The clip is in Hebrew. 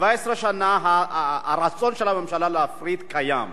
17 שנה הרצון של הממשלה להפריט קיים,